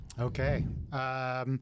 okay